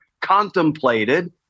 contemplated